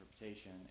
interpretation